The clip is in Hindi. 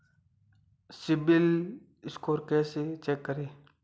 सिबिल स्कोर कैसे चेक करें?